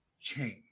change